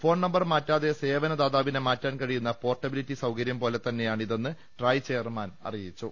phone നമ്പർമാറാതെ സേവനദാതാവിനെ മാറ്റാൻ കഴിയുന്ന പോർട്ടബി ലിറ്റി സൌകര്യം പോലെ തന്നെയാണിതെന്ന് ട്രായ് ചെയർമാൻ അറിയിച്ചു